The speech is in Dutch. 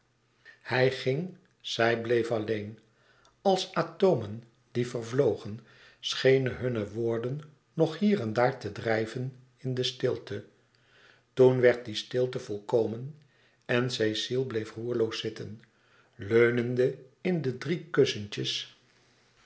hij ging zij bleef alleen als atomen die vervlogen schenen hunne woorden nog hier en daar te drijven in de stilte toen werd die stilte volkomen en cecile bleef roerloos zitten leunende in de drie kussentjes